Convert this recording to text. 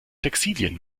textilien